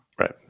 right